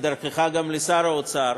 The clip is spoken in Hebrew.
ודרכך גם לשר האוצר,